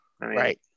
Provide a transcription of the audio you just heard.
Right